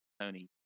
tony